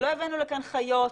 לא הבאנו לכאן חיות,